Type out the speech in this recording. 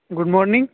good morning